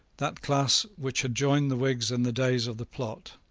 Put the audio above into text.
that class which had joined the whigs in the days of the plot,